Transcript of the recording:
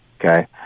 Okay